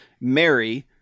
Mary